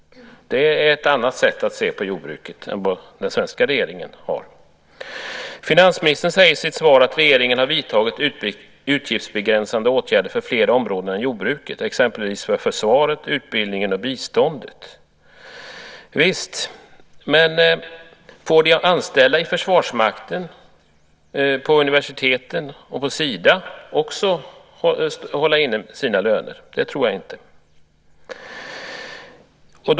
Det är ett annat sätt att se på jordbruket än det synsätt som den svenska regeringen har. Finansministern säger i sitt svar att regeringen har vidtagit utgiftsbegränsande åtgärder för fler områden än jordbruket, exempelvis för försvaret, utbildningen och biståndet. Visst, men får de anställda i Försvarsmakten, på universiteten och hos Sida också sina löner innehållna? Det tror jag inte.